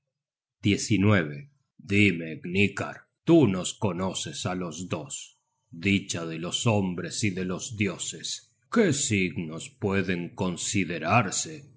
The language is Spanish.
dime hnikar tú nos conoces á los dos dicha de los hombres y de los dioses qué signos pueden considerarse